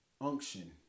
unction